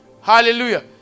hallelujah